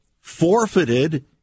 forfeited